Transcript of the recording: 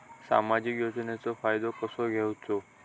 सामाजिक योजनांचो फायदो कसो घेवचो?